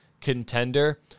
contender